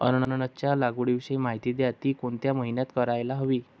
अननसाच्या लागवडीविषयी माहिती द्या, ति कोणत्या महिन्यात करायला हवी?